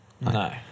no